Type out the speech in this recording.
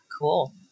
Cool